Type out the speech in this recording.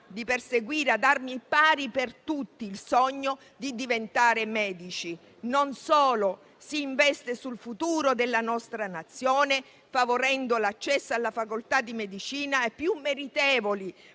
di perseguire, ad armi pari per tutti, il sogno di diventare medici. Non solo: si investe sul futuro della nostra Nazione, favorendo l'accesso alla facoltà di medicina dei più meritevoli,